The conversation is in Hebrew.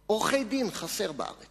השכנה מקומה ג',